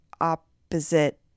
opposite